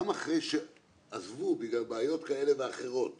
גם אחרי שעזבו בגלל בעיות כאלה ואחרות